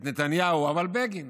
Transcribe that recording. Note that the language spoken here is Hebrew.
את נתניהו, אבל בגין.